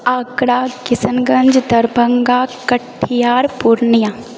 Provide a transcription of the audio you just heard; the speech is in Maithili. आगरा किशनगञ्ज दरभङ्गा कटिहार पूर्णिया